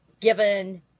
given